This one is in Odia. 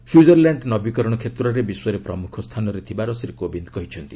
ସୁଇଜରଲ୍ୟାଣ୍ଡ ନବୀକରଣ କ୍ଷେତ୍ରରେ ବିଶ୍ୱରେ ପ୍ରମୁଖ ସ୍ଥାନରେ ଥିବାର ଶ୍ରୀ କୋବିନ୍ଦ କହିଛନ୍ତି